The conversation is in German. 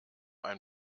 ein